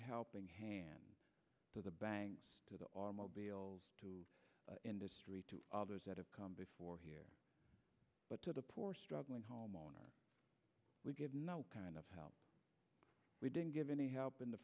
helping hand to the banks to the automobile to industry to others that have come before here but to the poor struggling homeowners we give no kind of help we didn't give any help in the